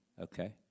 Okay